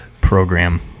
program